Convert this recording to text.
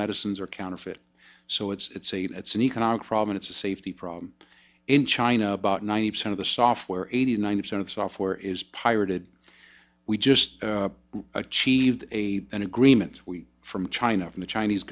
medicines are counterfeit so it's a that's an economic problem it's a safety problem in china about ninety percent of the software eighty ninety percent of software is pirated we just achieved a an agreement from china from the chinese